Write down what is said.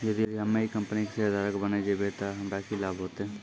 यदि हम्मै ई कंपनी के शेयरधारक बैन जैबै तअ हमरा की लाभ होतै